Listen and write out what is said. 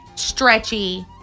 Stretchy